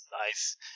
Nice